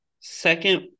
second